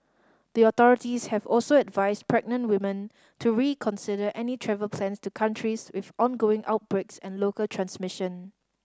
the authorities have also advised pregnant women to reconsider any travel plans to countries with ongoing outbreaks and local transmission